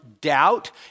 doubt